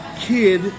kid